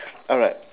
alright